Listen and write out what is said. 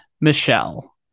Michelle